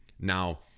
Now